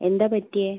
എന്താ പറ്റിയത്